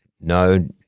No